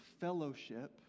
fellowship